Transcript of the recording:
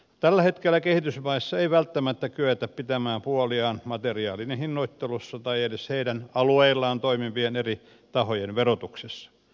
tällä hetkellä kehitysmaissa ei välttämättä kyetä pitämään puoliaan materiaalien hinnoittelussa tai edes heidän alueillaan toimivien eri tahojen verotuksessa